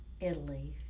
Italy